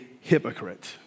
hypocrite